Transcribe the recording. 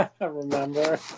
Remember